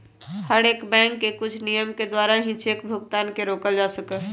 हर एक बैंक के कुछ नियम के द्वारा ही चेक भुगतान के रोकल जा सका हई